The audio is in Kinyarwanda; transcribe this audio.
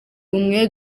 umwe